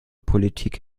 politik